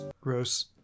Gross